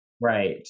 Right